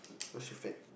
cause you're fat